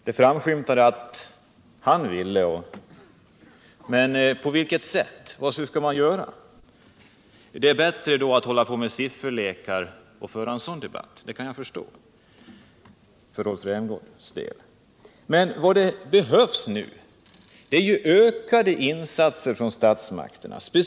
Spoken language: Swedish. Det framskymtade att han vill att vi skall göra det, men han kunde inte ange på vilket sätt det skulle ske. Då är det bättre att hålla på med sifferlekar! Vad som behövs nu är ökade insatser från statsmakterna.